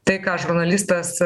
tai ką žurnalistas